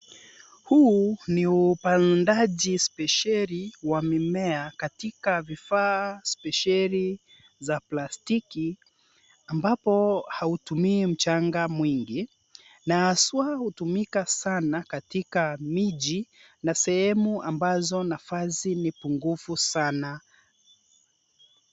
Huu ni upandaji spesheli wa mimea katika vifaa spesheli za plastiki ambapo hautumii mchanga mwingi. Na haswa hutumika sana katika miji na sehemu ambazo nafasi ni pungufu sana.